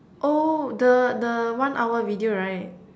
oh the the one hour video right